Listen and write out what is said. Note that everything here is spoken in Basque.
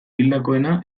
hildakoena